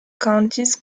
counties